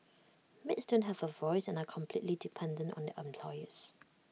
maids don't have A voice and are completely dependent on their employers